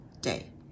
day